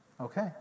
Okay